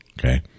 okay